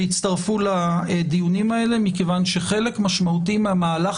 שיצטרפו לדיונים האלה מכיוון שחלק משמעותי מהמהלך